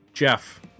Jeff